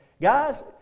Guys